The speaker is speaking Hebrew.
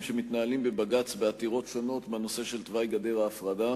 שמתנהלים בבג"ץ בעתירות שונות בנושא של תוואי גדר ההפרדה,